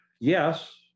yes